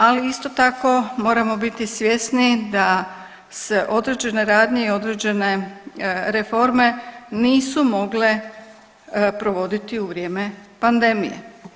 Ali isto tako moramo biti svjesni da se određene radnje i određene reforme nisu mogle provoditi u vrijeme pandemije.